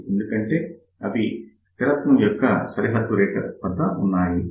ఎందుకంటే అవి స్థిరత్వం యొక్క సరిహద్దు రేఖ దగ్గర ఉన్నాయి